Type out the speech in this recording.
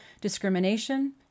discrimination